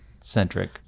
centric